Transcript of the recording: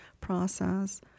process